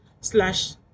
slash